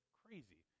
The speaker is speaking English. crazy